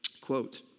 Quote